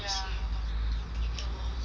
the government thing cannot